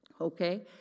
Okay